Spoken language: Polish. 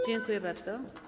Dziękuję bardzo.